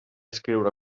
escriure